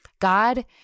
God